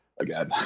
again